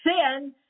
sin